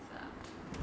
是 ah